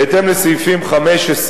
בהתאם לסעיפים 15,